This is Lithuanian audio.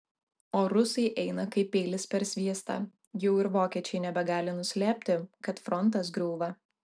o rusai eina kaip peilis per sviestą jau ir vokiečiai nebegali nuslėpti kad frontas griūva